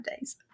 days